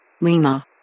Lima